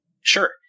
Sure